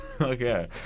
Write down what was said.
Okay